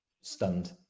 stunned